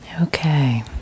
Okay